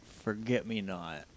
forget-me-not